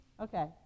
Okay